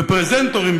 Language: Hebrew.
ופרזנטורים,